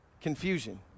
confusion